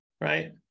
right